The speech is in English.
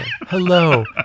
hello